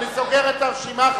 אני סוגר את הרשימה.